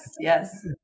yes